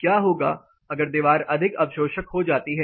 क्या होगा अगर दीवार अधिक अवशोषक हो जाती है